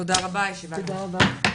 תודה רבה, הישיבה ננעלה.